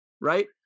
Right